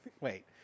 Wait